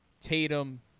Tatum